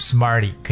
Smarty